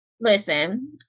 listen